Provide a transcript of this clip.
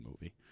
movie